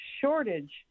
shortage